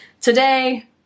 Today